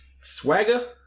swagger